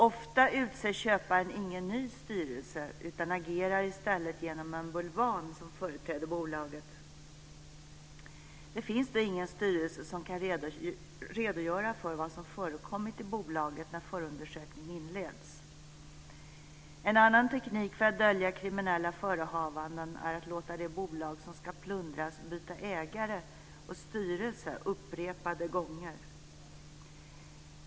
Ofta utser köparen ingen ny styrelse, utan agerar i stället genom en bulvan som företräder bolaget. Det finns då ingen styrelse som kan redogöra för vad som förekommit i bolaget när förundersökning inleds. En annan teknik för att dölja kriminella förehavanden är att låta det bolag som ska plundras byta ägare och styrelse upprepade gånger.